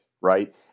right